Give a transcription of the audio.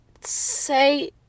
say